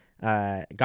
Got